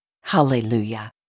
Hallelujah